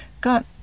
got